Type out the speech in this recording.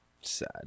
sad